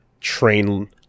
train